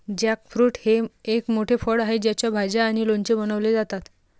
jackfruit हे एक मोठे फळ आहे ज्याच्या भाज्या आणि लोणचे बनवले जातात